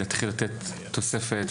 להתחיל לתת תוספת,